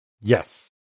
Yes